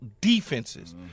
defenses